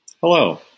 Hello